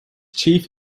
chief